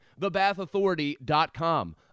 TheBathAuthority.com